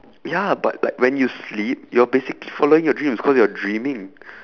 ya but like when you sleep you're basically following your dreams cause you're dreaming